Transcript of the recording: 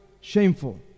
shameful